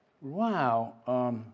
Wow